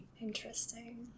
interesting